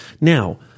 Now